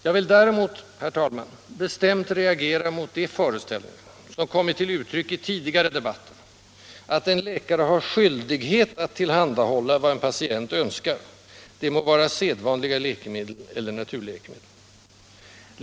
Jag vill däremot, herr talman, bestämt reagera mot de föreställningar som kommit till uttryck i tidigare debatter att en läkare har skyldighet att tillhandahålla vad en patient önskar — det må vara sedvanliga läkemedel eller naturläkemedel.